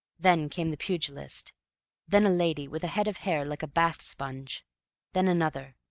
then came the pugilist then a lady with a head of hair like a bath sponge then another,